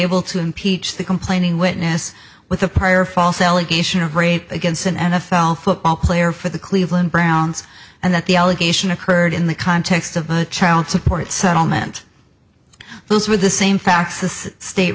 able to impeach the complaining witness with a prior false allegation of rape against an n f l football player for the cleveland browns and that the allegation occurred in the context of a child support settlement those were the same facts this state